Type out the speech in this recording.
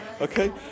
Okay